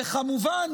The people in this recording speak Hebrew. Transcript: וכמובן,